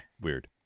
weird